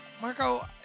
Marco